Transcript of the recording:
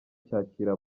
cyakira